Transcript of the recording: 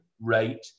rate